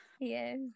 Yes